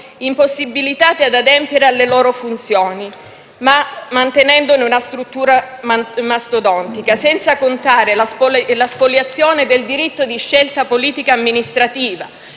impossibilitate ad adempiere alle loro funzioni, ma mantenendone una struttura mastodontica, senza contare la spoliazione del diritto di scelta politica amministrativa,